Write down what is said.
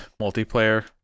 multiplayer